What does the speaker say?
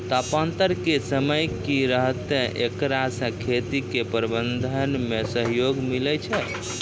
तापान्तर के समय की रहतै एकरा से खेती के प्रबंधन मे सहयोग मिलैय छैय?